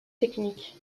techniques